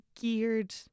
geared